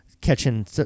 catching